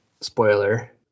spoiler